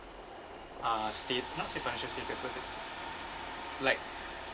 uh sta~ not say financial status per se like